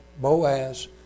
Boaz